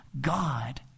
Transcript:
God